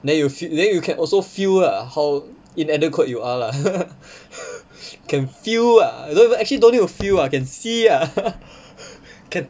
then you feel then you can also feel lah how inadequate you are lah can feel ah don't even actually don't need to feel lah can see lah can